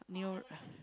new uh